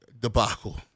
debacle